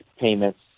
payments